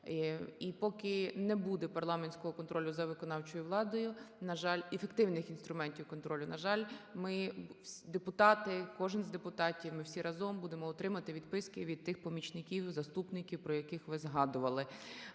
І поки не буде парламентського контролю за виконавчою владою, на жаль, ефективних інструментів контролю, на жаль, ми, депутати, кожен з депутатів, ми всі разом будемо отримувати відписки від тих помічників, заступників, про яких ви згадували.